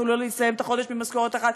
יכלו לסיים את החודש ממשכורת אחת,